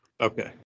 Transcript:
Okay